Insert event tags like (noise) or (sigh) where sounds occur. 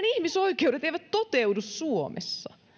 (unintelligible) ihmisoikeudet eivät toteudu suomessa